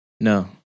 No